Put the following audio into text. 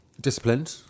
disciplined